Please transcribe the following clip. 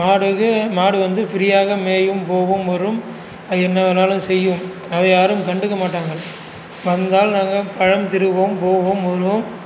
மாடுக்கு மாடு வந்து ஃப்ரீயாக மேயும் போகும் வரும் அது என்ன வேணாலும் செய்யும் அதை யாரும் கண்டுக்க மாட்டாங்கள் வந்தால் நாங்கள் பழம் தருவோம் போவோம் உண்ணும்